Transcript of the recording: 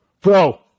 bro